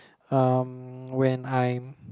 um when I'm